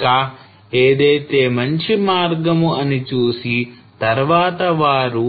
ఇంకా ఏదైతే మంచి మార్గము అని చూసి తర్వాత వారు